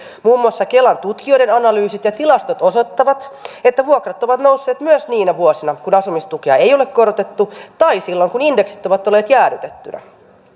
muun muassa kelan tutkijoiden analyysit ja tilastot osoittavat että vuokrat ovat nousseet myös niinä vuosina kun asumistukea ei ole korotettu tai silloin kun indeksit ovat olleet jäädytettynä